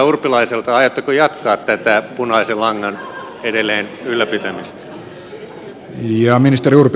aiotteko jatkaa tätä punaisen langan ylläpitämistä edelleen